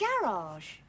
garage